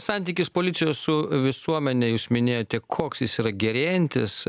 santykis policijos su visuomene jūs minėjote koks jis yra gerėjantis